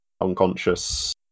unconscious